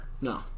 no